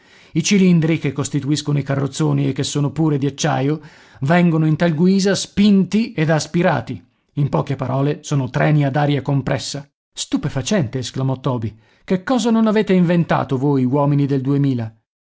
i cilindri che costituiscono i carrozzoni e che sono pure di acciaio vengono in tal guisa spinti ed aspirati in poche parole sono treni ad aria compressa stupefacente esclamò toby che cosa non avete inventato voi uomini del duemila